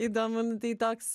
įdomu tai toks